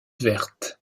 verte